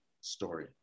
story